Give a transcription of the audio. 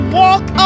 walk